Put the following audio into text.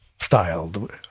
styled